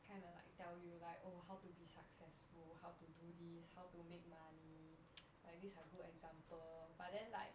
kind of like tell you like oh how to be successful how to do this how to make money like this a good example but then like